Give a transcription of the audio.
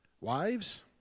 Wives